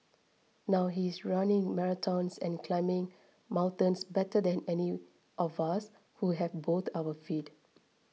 now he's running marathons and climbing mountains better than any of us who have both our feet